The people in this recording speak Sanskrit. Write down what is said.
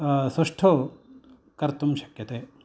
सुष्ठुः कर्तुं शक्यते